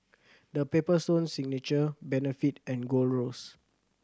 The Paper Stone Signature Benefit and Gold Roast